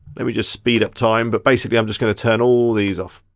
maybe just speed up time, but basically i'm just gonna turn all these off.